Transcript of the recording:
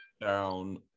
down